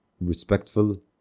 respectful